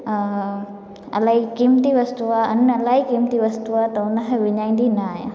इलाही क़ीमती वस्तु आहे अन इलाही क़ीमती वस्तु आहे त उनखे विञाईंदी न आहियां